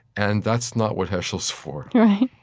and that's not what heschel's for right.